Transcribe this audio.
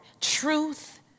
truth